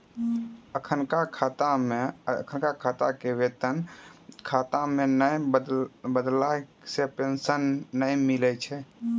अखिनका खाता के वेतन खाता मे नै बदलला से पेंशन नै मिलै छै